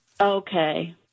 Okay